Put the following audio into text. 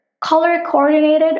Color-coordinated